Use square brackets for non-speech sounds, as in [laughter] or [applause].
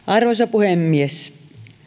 [unintelligible] arvoisa puhemies